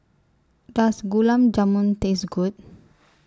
Does Gulab Jamun Taste Good